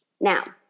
Now